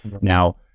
Now